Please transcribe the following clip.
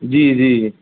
जी जी